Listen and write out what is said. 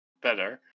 better